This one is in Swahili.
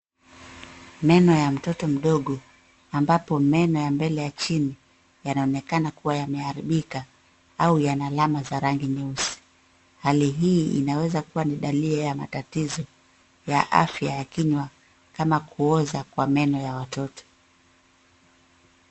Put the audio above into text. Meno ya mtoto mdogo ambapo meno ya mbele ya chini yanaonekana kuwa yameharibika au yana alama za rangi nyeusi. Hali hii inaweza kuwa ni dalili ya matatizo ya afya ya kinywa kama kuoza kwa meno ya watoto